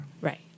Right